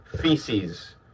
feces